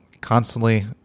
constantly